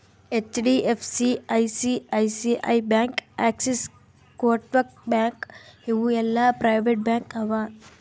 HDFC, ICICI bank, Axis, Kotak bank ಇವು ಎಲ್ಲಾ private bank ಅವಾ